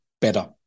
better